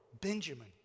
Benjamin